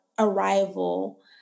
arrival